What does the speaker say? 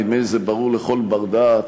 נדמה לי שזה ברור לכל בר-דעת.